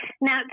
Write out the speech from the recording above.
now